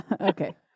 Okay